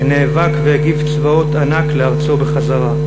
שנאבק והגיף צבאות ענק לארצם בחזרה.